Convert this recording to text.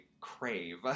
crave